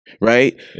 right